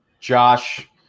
Josh